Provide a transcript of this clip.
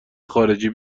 خارجی